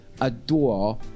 adore